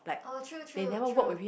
oh true true true